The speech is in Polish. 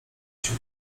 się